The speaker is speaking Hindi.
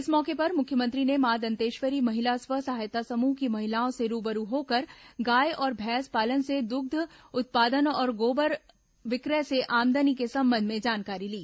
इस मौके पर मुख्यमंत्री ने मां दंतेश्वरी महिला स्व सहायता समृह की महिलाओं से रूबरू होकर गाय और भैंस पालन से द्ग्ध उत्पादन और गोबर विक्रय से आमदनी के संबंध में जानकारी ली